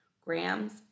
Grams